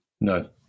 No